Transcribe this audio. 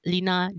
Lina